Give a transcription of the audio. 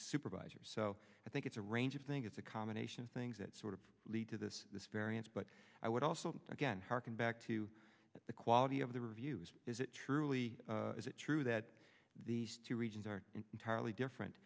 supervisors so i think it's a range of think it's a combination of things that sort of lead to this variance but i would also again hearken back to the quality of the reviews is it truly is it true that these two regions are entirely different